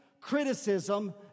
criticism